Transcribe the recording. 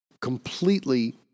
completely